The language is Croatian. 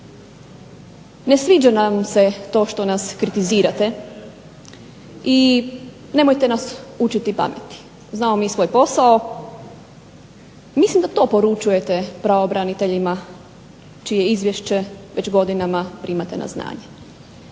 ne sviđa nam se to što nas kritizirate i nemojte nas učiti pameti. Znamo mi svoj posao. Mislim da to poručujete pravobraniteljima čije izvješće već godinama primate na znanje.